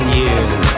years